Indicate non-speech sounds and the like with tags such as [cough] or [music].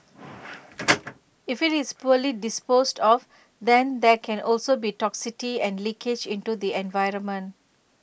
[noise] if it's poorly disposed of there can also be toxicity and leakage into the environment